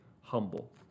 humble